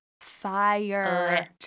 fire